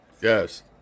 Yes